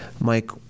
Mike